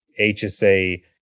HSA